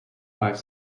five